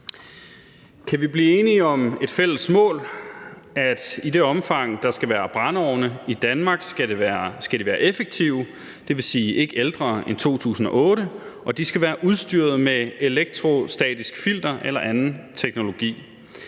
Kan vi blive enige om et fælles mål om, at i det omfang der skal være brændeovne i Danmark, skal de være effektive – det vil sige ikke ældre end 2008 – og at de skal være udstyret med et elektrostatisk filter eller anden teknologi?